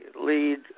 lead